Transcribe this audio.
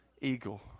eagle